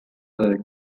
bird